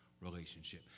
relationship